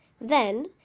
Then